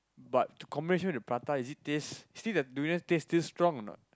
but to compare withprata is it taste still that durian taste still strong or not